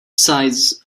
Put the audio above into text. besides